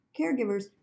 caregivers